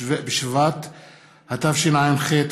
בשבט התשע"ח,